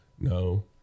no